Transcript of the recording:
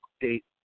date